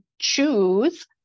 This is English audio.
choose